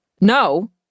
no